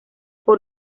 por